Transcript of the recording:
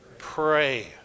pray